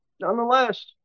Nonetheless